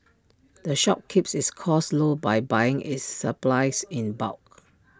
the shop keeps its costs low by buying its supplies in bulk